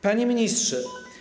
Panie Ministrze!